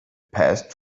passed